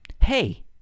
Hey